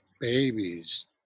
babies